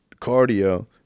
cardio